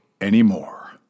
anymore